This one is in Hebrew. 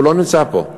הוא לא נמצא פה.